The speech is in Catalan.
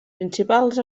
principals